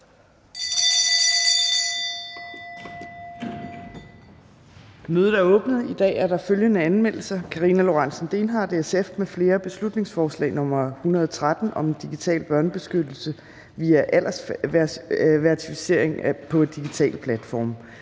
Mødet er åbnet. I dag er der følgende anmeldelser: Karina Lorentzen Dehnhardt (SF) m.fl.: Beslutningsforslag nr. B 113 (Forslag til folketingsbeslutning om digital børnebeskyttelse via aldersverificering på digitale platforme).